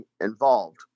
involved